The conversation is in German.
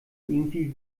irgendwie